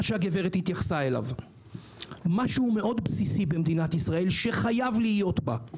שהגברת התייחסה אליו; משהו מאוד בסיסי במדינת ישראל שחייב להיות בה: